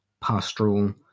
pastoral